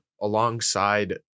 alongside